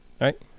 right